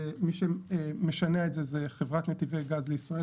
מי שמשנע את זה זו חברת נתיבי גז לישראל.